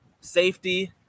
safety